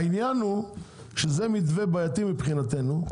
העניין הוא שזה מתווה בעייתי מבחינתנו,